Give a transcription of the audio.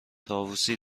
طاووسی